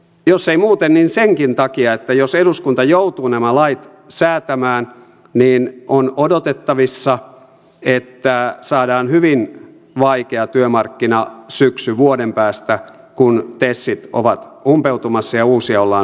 jos ei muuten niin senkin takia että jos eduskunta joutuu nämä lait säätämään niin on odotettavissa että saadaan hyvin vaikea työmarkkinasyksy vuoden päästä kun tesit ovat umpeutumassa ja uusia ollaan solmimassa